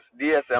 DSM